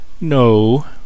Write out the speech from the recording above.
No